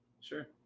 Sure